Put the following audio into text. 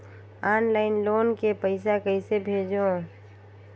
Online loan के पईसा कइसे भेजों?